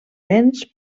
vents